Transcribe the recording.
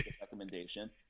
recommendation